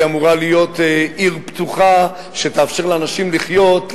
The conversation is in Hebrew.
והיא אמורה להיות עיר פתוחה שתאפשר לאנשים לחיות,